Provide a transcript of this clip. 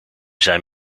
zijn